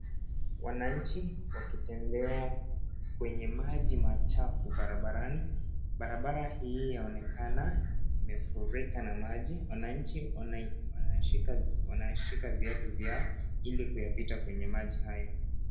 Wananchi wakitembea kwenye maji machafu barabarani. Barabara hii yaonekana mefurika na maji. Wananchi wanashika viatu vyao ili kuyapita kwenye maji hayo.